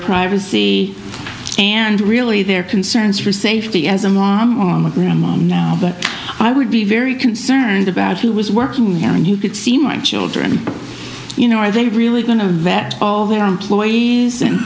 privacy and really their concerns for safety as a mom or a mom now but i would be very concerned about who was working and who could see my children you know are they really going to vet all their employees and